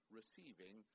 receiving